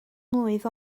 mlwydd